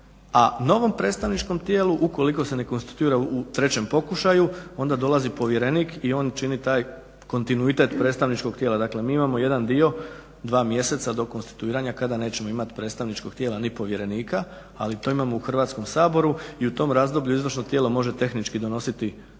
a novom predstavničkom tijelu ukoliko se ne konstituira u trećem pokušaju, onda dolazi povjerenik i on čini taj kontinuitet predstavničkog tijela. Dakle mi imamo jedan dio, dva mjeseca do konstituiranja kada nećemo imati predstavničkog tijela ni povjerenika, ali to imamo u Hrvatskom saboru i u tom razdoblju izvršno tijelo može tehnički donositi odluke,